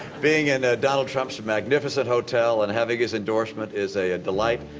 being in donald trump's magnificent hotel and having his endorsement is a delight.